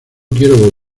quiero